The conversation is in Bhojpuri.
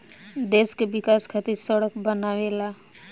देश के विकाश खातिर सड़क बनावेला